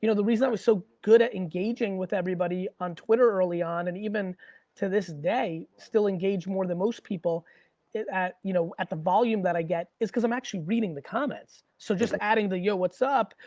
you know the reason i was so good at engaging with everybody on twitter early on, and even to this day, still engage more than most people at you know at the volume that i get. is cause i'm actually reading the comments. so, just adding the yo, what's up,